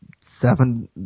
seven